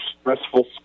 stressful